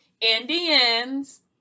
indians